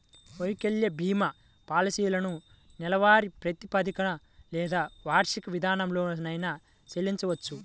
వైకల్య భీమా పాలసీలను నెలవారీ ప్రాతిపదికన లేదా వార్షిక విధానంలోనైనా చెల్లించొచ్చు